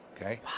Okay